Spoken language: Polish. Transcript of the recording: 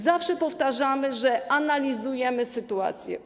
Zawsze powtarzamy, że analizujemy sytuację.